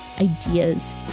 ideas